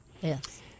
yes